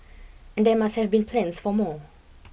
and there must have been plans for more